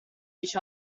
each